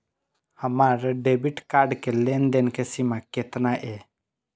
हमार debit card के लेन देन के सीमा केतना ये?